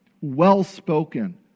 well-spoken